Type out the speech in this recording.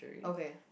okay